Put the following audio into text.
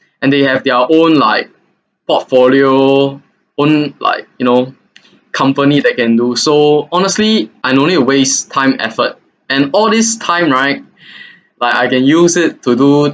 and they have their own like portfolio own like you know company that can do so honestly I no need to waste time effort and all this time right like I can use it to do